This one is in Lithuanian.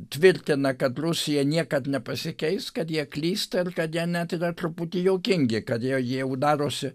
tvirtina kad rusija niekad nepasikeis kad jie klysta ir kad jie net yra truputį juokingi kad jie jie jau darosi